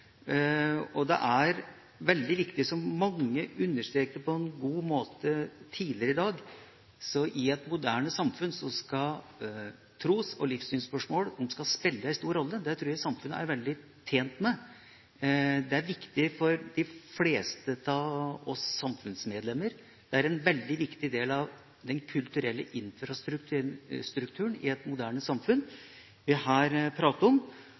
Det er veldig viktig, som mange understreket på en god måte tidligere i dag, at i et moderne samfunn skal tros- og livssynsspørsmål spille en stor rolle. Det tror jeg samfunnet er veldig tjent med. Det er viktig for de fleste av oss som medlemmer av samfunnet. Det er en veldig viktig del av den kulturelle infrastrukturen i et moderne samfunn vi her prater om.